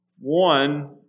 One